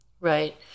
right